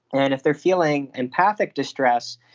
and if they are feeling empathic distress,